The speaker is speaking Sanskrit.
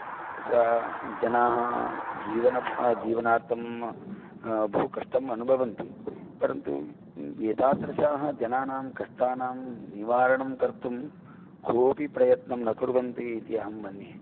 तत्र जनाः जीवन जीवनार्थं बहुकष्टम् अनुभवन्ति परन्तु एतादृशाः जनानां कष्टानां निवारणं कर्तुं कोपि प्रयत्नं न कुर्वन्ति इति अहं मन्ये